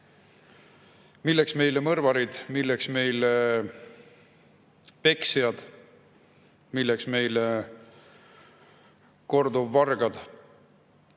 milleks meile mõrvarid, milleks meile peksjad, milleks meile korduvvargad?